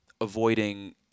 avoiding